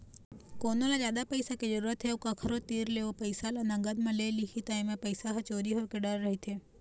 कोनो ल जादा पइसा के जरूरत हे अउ कखरो तीर ले ओ पइसा ल नगद म ले लिही त एमा पइसा ह चोरी होए के डर रहिथे